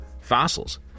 fossils